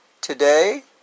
today